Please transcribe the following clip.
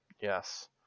Yes